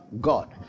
God